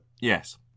Yes